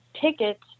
tickets